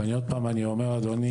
אני עוד פעם אומר אדוני,